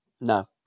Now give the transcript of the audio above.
No